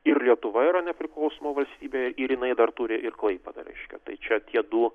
ir lietuva yra nepriklausoma valstybė ir jinai dar turi ir klaipėdą reiškia tai čia tie du